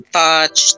touch